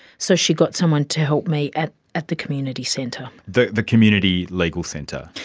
so she got someone to help me at at the community centre. the the community legal centre?